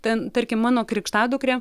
ten tarkim mano krikštadukrė